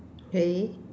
okay